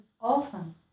often